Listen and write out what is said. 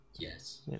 Yes